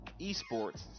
esports